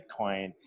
Bitcoin